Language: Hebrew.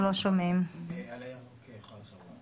זה חוסר היכולת שלנו להמשיך את הטיפול שהתחלנו אותו,